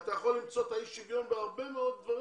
אתה יכול למצוא את אי השוויון בהרבה מאוד דברים.